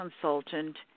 consultant